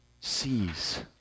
sees